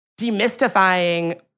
demystifying